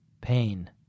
Pain